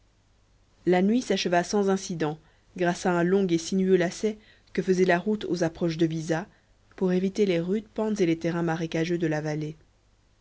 la nuit s'acheva sans incidents grâce à un long et sinueux lacet que faisait la route aux approches de viza pour éviter les rudes pentes et les terrains marécageux de la vallée